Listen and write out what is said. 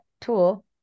tool